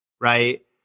right